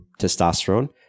testosterone